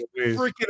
freaking